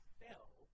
fell